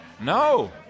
No